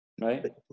Right